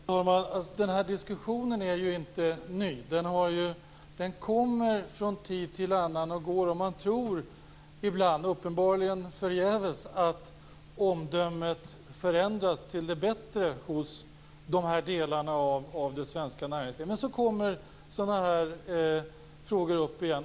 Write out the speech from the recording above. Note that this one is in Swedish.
Fru talman! Den här diskussionen är inte ny. Den kommer och går från tid till annan. Man tror ibland, uppenbarligen förgäves, att omdömet förändras till det bättre hos dessa delar av det svenska näringslivet. Men så kommer sådana här frågor upp igen.